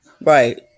right